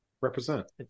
Represent